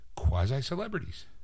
Quasi-celebrities